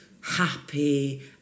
happy